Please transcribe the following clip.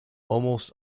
almost